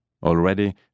Already